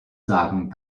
sagen